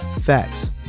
facts